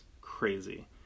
crazy